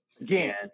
again